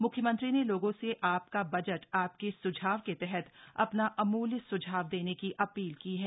मुख्यमंत्री ने लोगों से आपका बजट आपके स्झाव के तहत अपना अमूल्य स्झाव देने की अपील की है